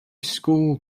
school